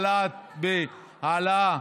מה הקשר לחוק?